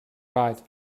right